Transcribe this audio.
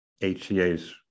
HCA's